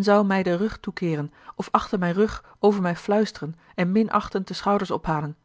zou mij den rug toekeeren of achter mijn rug over mij fluisteren en minachtend de schouders ophalen